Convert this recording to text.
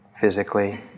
physically